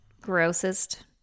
grossest